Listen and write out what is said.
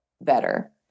better